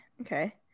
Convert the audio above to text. Okay